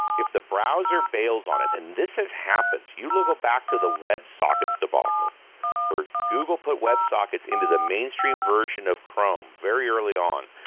if the browser bails on it, and this has happened, you will go back to the web socket's debacle where google put web sockets into the mainstream version of chrome very early on,